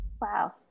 Wow